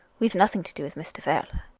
we've nothing to do with mr. werle.